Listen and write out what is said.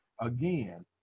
again